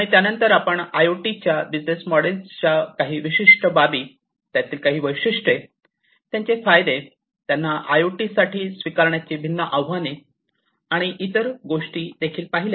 आणि त्यानंतर आपण आयओटीच्या बिझनेस मॉडेलच्या काही विशिष्ट बाबी त्याची वैशिष्ट्ये त्याचे फायदे त्यांना आयओटीसाठी स्वीकारण्याची भिन्न आव्हाने आणि इतर गोष्टी पहिल्या